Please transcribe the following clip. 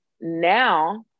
Now